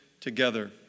together